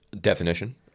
Definition